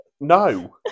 No